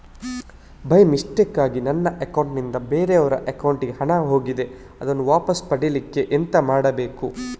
By ಮಿಸ್ಟೇಕಾಗಿ ನನ್ನ account ನಿಂದ ಬೇರೆಯವರ ಅಕೌಂಟ್ ಗೆ ಹಣ ಹೋಗಿದೆ ಅದನ್ನು ವಾಪಸ್ ಪಡಿಲಿಕ್ಕೆ ಎಂತ ಮಾಡಬೇಕು?